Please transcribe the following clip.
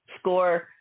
Score